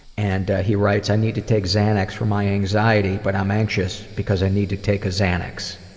and he writes, i need to take xanax for my anxiety, but i'm anxious because i need to take a xanax.